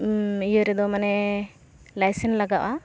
ᱤᱭᱟᱹ ᱨᱮᱫᱚ ᱢᱟᱱᱮ ᱞᱟᱭᱥᱮᱱᱥ ᱞᱟᱜᱟᱜᱼᱟ